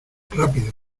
rápido